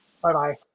Bye-bye